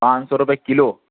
پانچ سو روپے کلو